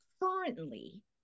currently